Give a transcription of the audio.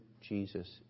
Jesus